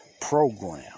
program